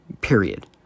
Period